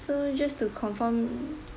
so just to confirm